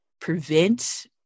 prevent